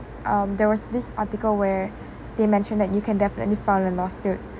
um there was this article where they mentioned that you can definitely file a lawsuit